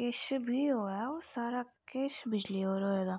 किश बी होऐ ओह् सारा किश बिजली उप्पर होए दा